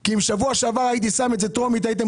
כי אם שבוע שעבר הייתי שם את זה טרומית הייתם